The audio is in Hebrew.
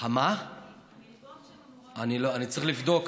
המלגות שהם אמורים לקבל מתעכבות כל השנה.